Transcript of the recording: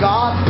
God